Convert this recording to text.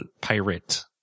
pirate